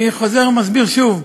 אני חוזר ומסביר שוב: